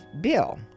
Bill